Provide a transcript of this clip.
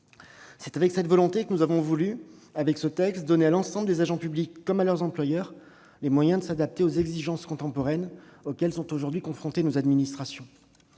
C'est fort de cette volonté que nous avons voulu, avec ce texte, donner à l'ensemble des agents publics, comme à leurs employeurs, les moyens de s'adapter aux exigences contemporaines auxquelles sont aujourd'hui confrontées nos administrations.